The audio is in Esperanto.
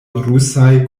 rusaj